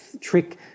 trick